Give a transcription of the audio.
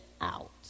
out